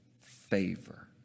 favor